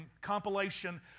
compilation